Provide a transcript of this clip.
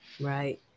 Right